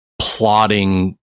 plotting